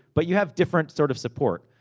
but you have different, sort of, support.